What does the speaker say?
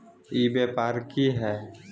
ई व्यापार की हाय?